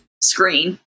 screen